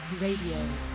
Radio